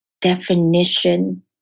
definition